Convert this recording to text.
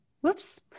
Whoops